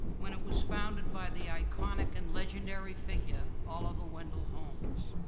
when it was founded by the iconic and legendary figure oliver wendell holmes.